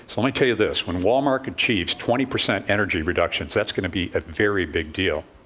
so let me tell you this when wal-mart achieves twenty percent energy reductions, that's going to be a very big deal.